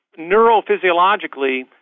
neurophysiologically